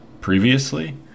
previously